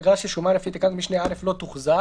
אגרה ששולמה לפי תקנת משנה (א) לא תוחזר.